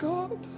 God